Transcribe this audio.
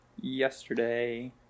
yesterday